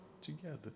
together